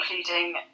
including